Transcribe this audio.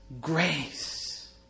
Grace